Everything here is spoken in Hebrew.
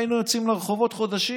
היינו יוצאים לרחובות חודשים,